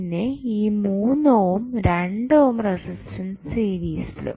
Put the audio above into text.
പിന്നെ ഈ 3 ohm 2 ohm resistance സീരിസിലും